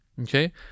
Okay